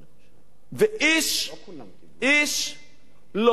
ואיש לא הגיב.